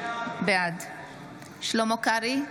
בעד שלמה קרעי,